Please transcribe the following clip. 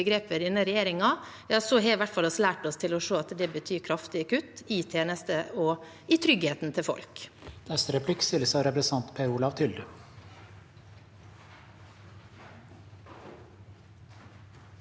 begrepet av denne regjeringen, har i hvert fall vi lært oss å se at det betyr kraftige kutt i tjenestene og i tryggheten til folk.